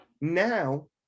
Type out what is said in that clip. now